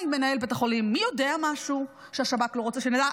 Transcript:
אולי מנהל בית החולים יודע משהו שהשב"כ לא רוצה שנדע.